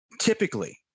Typically